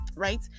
right